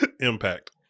impact